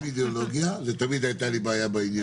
אפידמיולוגיה תמיד הייתה לי בעיה בעניין הזה.